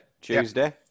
tuesday